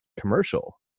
commercial